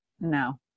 No